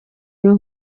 niyo